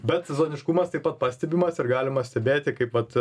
bet sezoniškumas taip pat pastebimas ir galima stebėti kaip vat